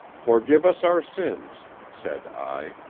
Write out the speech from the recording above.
forgive us our sins said i.